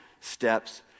steps